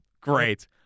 Great